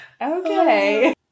okay